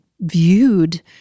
viewed